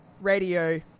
Radio